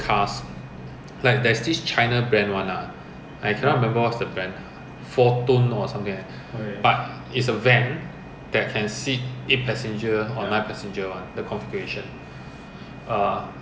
so it's something ultravirus they did let people do it and drive like the vito all these ah they can be eight seat [one] they let them drive ya and they never enforce this regulation so this is ultravirus ya